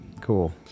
cool